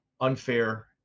unfair